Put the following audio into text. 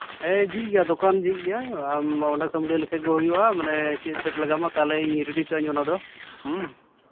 ᱦᱮᱸ ᱡᱷᱤᱡ ᱜᱮᱭᱟ ᱫᱚᱠᱟᱱ ᱡᱷᱤᱡ ᱜᱮᱭᱟ ᱟᱢ ᱚᱸᱰᱮ ᱠᱷᱚᱡ ᱮᱢ ᱞᱟᱹᱭ ᱞᱮᱠᱷᱟᱡ ᱜᱮ ᱦᱩᱭᱩᱜᱼᱟ ᱢᱟᱱᱮ ᱪᱮᱫ ᱥᱮᱴ ᱞᱟᱜᱟᱣᱟᱢᱟ ᱛᱟᱦᱚᱞᱮ ᱤᱧ ᱨᱮᱰᱤ ᱠᱟᱜᱼᱟ ᱚᱱᱟ ᱫᱚ